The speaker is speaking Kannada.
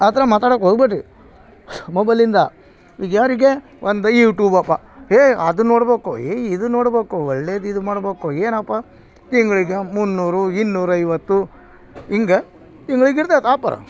ಆ ಥರ ಮಾತಾಡೋಕ್ ಹೋಗ ಬೇಡಿ ಮೊಬೈಲಿಂದ ಈಗ ಯಾರಿಗೆ ಒಂದು ಯೂಟೂಬ್ ಅಪ್ಪ ಹೇಯ್ ಅದನ್ನು ನೋಡ್ಬೇಕು ಏಯ್ ಇದನ್ನು ನೋಡ್ಬೇಕು ಒಳ್ಳೇದು ಇದು ಮಾಡ್ಬೇಕು ಏನಪ್ಪಾ ತಿಂಗ್ಳಿಗೆ ಮುನ್ನೂರು ಇನ್ನೂರೈವತ್ತು ಹಿಂಗೆ ತಿಂಗ್ಳಿಗೆ ಇರ್ತೈತಿ ಆಪರ್